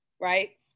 right